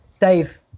Dave